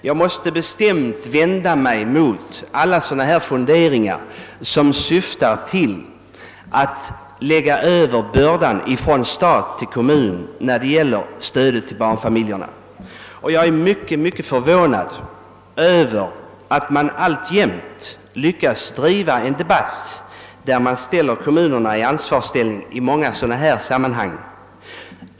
Jag måste bestämt vända mig mot alla tankar på att lägga över bördan när det gäller stödet till barnfamiljerna från staten till kommunerna. Det är mycket förvånande att man i debatten alltjämt försöker placera kommunerna i ansvarsställning i dylika sammanhang.